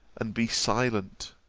and be silent.